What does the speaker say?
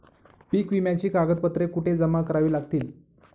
पीक विम्याची कागदपत्रे कुठे जमा करावी लागतील?